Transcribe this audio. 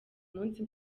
munsi